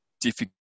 difficult